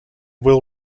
will